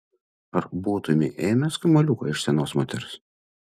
ar būtumei ėmęs kamuoliuką iš senos moters